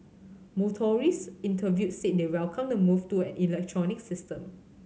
motorists interviewed said they welcome the move to an electronic system